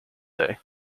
day